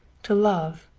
to love,